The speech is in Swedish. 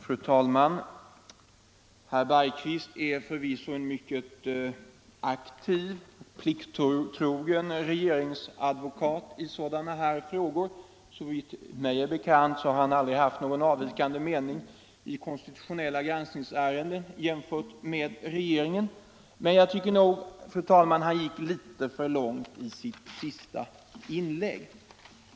Fru talman! Herr Bergqvist är förvisso en mycket aktiv och plikttrogen regeringsadvokat i sådana här frågor. Såvitt mig är bekant har han aldrig haft någon avvikande mening i konstitutionella granskningsärenden jämfört med regeringen. Men jag tycker nog, fru talman, att han gick litet för långt i sitt senaste inlägg.